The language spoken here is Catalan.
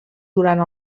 durant